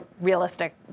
realistic